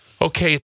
Okay